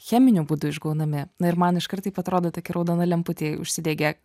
cheminiu būdu išgaunami na ir man iškart taip atrodo tokia raudona lemputė užsidegė